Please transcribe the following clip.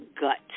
gut